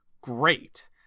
Great